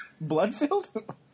blood-filled